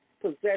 possession